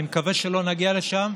ואני מקווה שלא נגיע לשם,